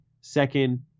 second